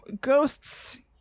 ghosts